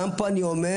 גם פה אני אומר,